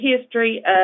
history